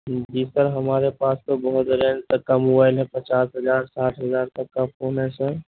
جی sir ہمارے پاس تو بہت رینج تک کا موبائل ہے پچاس ہزار ساٹھ ہزار تک کا فون ہے سر